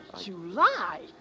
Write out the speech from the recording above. July